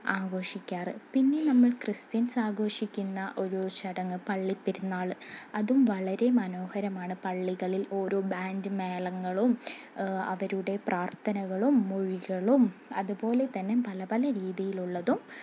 ആഘോഷിക്കാറുള്ളത് പിന്നെ നമ്മൾ ക്രിസ്ത്യൻസ് ആഘോഷിക്കുന്ന ഒരു ചടങ് പള്ളിപ്പെരുന്നാൾ അതും വളരെ മനോഹരമാണ് പള്ളികളിൽ ഓരോ ബാൻഡ് മേളങ്ങളും അവരുടെ പ്രാർഥനകളും മൊഴികളും അതുപോലെ തന്നെ പല പല രീതിയിലുള്ളതും